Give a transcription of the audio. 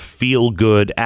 feel-good